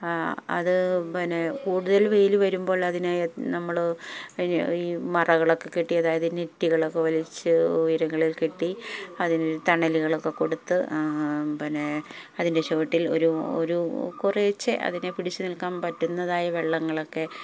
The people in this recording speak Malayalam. അത് പിന്നെ കൂടുതൽ വെയില് വരുമ്പോൾ അതിനെ നമ്മള് ഈ മറകളൊക്കെ കെട്ടി അതായത് നെറ്റുകളൊക്കെ വലിച്ച് ഉയരങ്ങളിൽ കെട്ടി അതിന് തണലുകളൊക്കെ കൊടുത്ത് പിന്നെ അതിന്റെ ചുവട്ടിൽ ഒരു ഒരു കുറച്ച് അതിന് പിടിച്ചുനിൽക്കാൻ പറ്റുന്നതായ വെള്ളങ്ങളൊക്കെ